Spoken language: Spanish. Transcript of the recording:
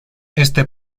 este